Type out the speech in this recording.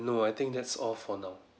no I think that's all for now